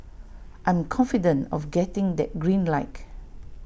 I am confident of getting that green like